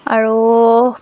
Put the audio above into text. আৰু